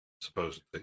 supposedly